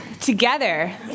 together